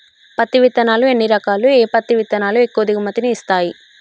పత్తి విత్తనాలు ఎన్ని రకాలు, ఏ పత్తి విత్తనాలు ఎక్కువ దిగుమతి ని ఇస్తాయి?